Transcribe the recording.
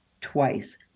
twice